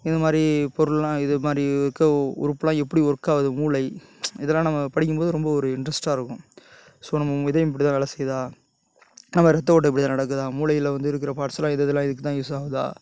இந்தமாதிரி பொருள்லாம் இதுமாதிரி இருக்கா உறுப்புலாம் எப்படி ஒர்க்காகுது மூளை இதல்லாம் நம்ம படிக்கும்போது ரொம்ப ஒரு இன்ட்ரெஸ்ட்டாக இருக்கும் ஸோ நம்ம இதயம் இப்படிதான் வேலை செய்யுதா நம்ம ரத்த ஓட்டம் இப்படிதான் நடக்குதா மூளையில் வந்து இருக்கிற பார்ட்ஸுலாம் இததுல்லாம் இதுக்குதான் யூஸ் ஆகுதா